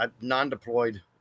non-deployed